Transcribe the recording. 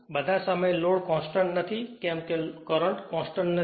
બધા સમય load constant નથી કેમ કે કરંટ કોંસ્ટંટ નથી